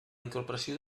incorporació